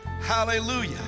Hallelujah